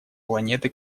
планеты